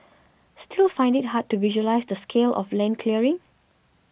still find it hard to visualise the scale of land clearing